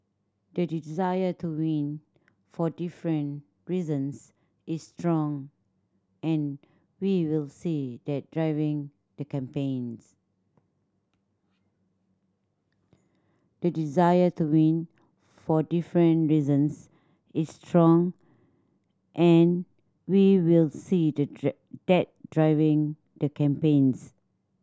the desire to win for different reasons is strong and we will see that driving the campaigns the desire to win for different reasons is strong and we will see the driving that driving the campaigns